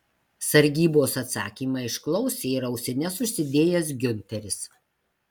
sargybos atsakymą išklausė ir ausines užsidėjęs giunteris